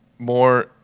more